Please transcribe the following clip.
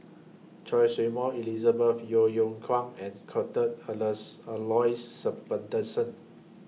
Choy Su Moi Elizabeth Yeo Yeow Kwang and Cuthbert Alus Aloysius Shepherdson